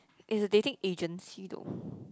it's a dating agency though